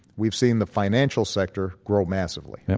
we've seen the financial sector grow massively.